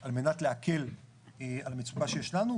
על מנת להקל על המצוקה שיש לנו,